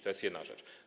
To jest jedna rzecz.